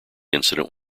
incident